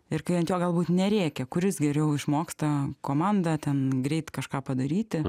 ir kai ant jo galbūt nerėkia kuris geriau išmoktą komandą ten greit kažką padaryti